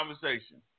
conversation